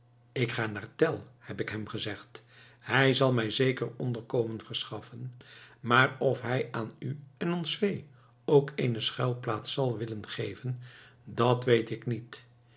ik ga naar tell heb ik hem gezegd hij zal mij zeker onderkomen verschaffen maar of hij aan u en ons vee ook eene schuilplaats zal willen geven dat weet ik niet